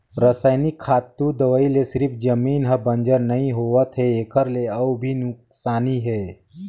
रसइनिक खातू, दवई ले सिरिफ जमीन हर बंजर नइ होवत है एखर ले अउ भी नुकसानी हे